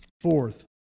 Fourth